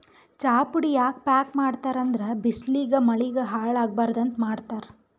ಚಾಪುಡಿ ಯಾಕ್ ಪ್ಯಾಕ್ ಮಾಡ್ತರ್ ಅಂದ್ರ ಬಿಸ್ಲಿಗ್ ಮಳಿಗ್ ಹಾಳ್ ಆಗಬಾರ್ದ್ ಅಂತ್ ಮಾಡ್ತಾರ್